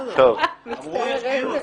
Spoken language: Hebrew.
אמרו שיש גיוס.